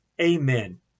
Amen